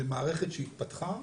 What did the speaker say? זה מערכת שהתפתחה,